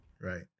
right